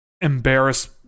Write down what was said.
embarrass